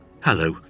Hello